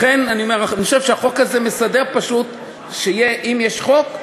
לכן אני חושב שהחוק הזה מסדר פשוט שאם יש חוק,